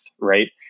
right